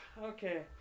Okay